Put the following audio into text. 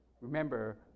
Remember